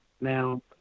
Now